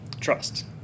Trust